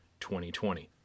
2020